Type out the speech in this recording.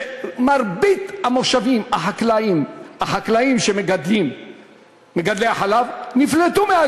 שמרבית החקלאים מגדלי החלב נפלטו,